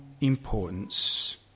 importance